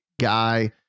guy